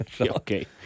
Okay